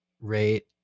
rate